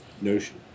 Notion